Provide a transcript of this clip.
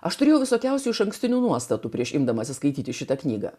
aš turėjau visokiausių išankstinių nuostatų prieš imdamasis skaityti šitą knygą